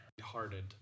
hearted